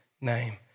name